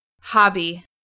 Hobby